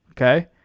Okay